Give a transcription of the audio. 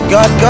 God